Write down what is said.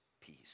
peace